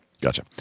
Gotcha